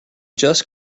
just